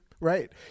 right